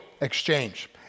exchange